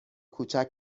کوچک